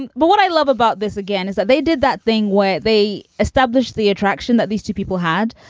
and but what i love about this again is that they did that thing where they established the attraction that these two people had.